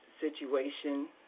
situation